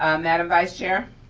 um madam vice chair.